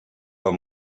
del